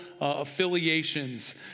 affiliations